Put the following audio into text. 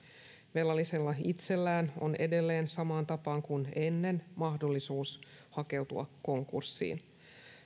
velallisella itsellään on edelleen samaan tapaan kuin ennen mahdollisuus hakeutua konkurssiin